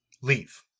leave